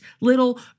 little